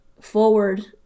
forward